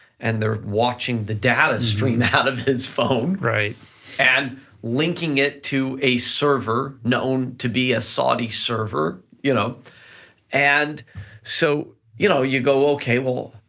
and they're watching the data stream out of his phone, and linking it to a server known to be a saudi server, you know and so, you know you go, okay, well,